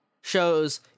shows